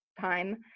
time